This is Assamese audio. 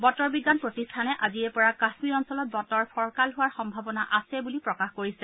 বতৰ বিজ্ঞান প্ৰতিষ্ঠানে আজিৰে পৰা কাশ্মীৰ অঞ্চলত বতৰ ফৰকাল হোৱাৰ সম্ভাৱনা আছে বুলি প্ৰকাশ কৰিছে